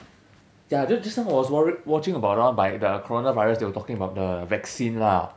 ya just this time I was wat~ watching about the one by the coronavirus they were talking about the vaccine lah